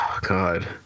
God